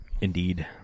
Indeed